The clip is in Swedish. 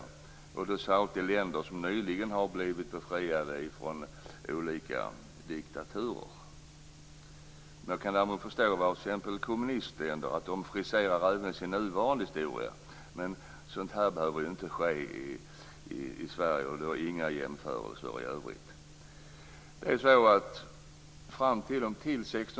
Huvudsakligen är de i länder som nyligen har blivit befriade från olika diktaturer. Jag kan förstå att t.ex. kommunistländer även friserar sin nuvarande historia, men sådant här behöver ju inte ske i Sverige. Det var inga jämförelser i övrigt.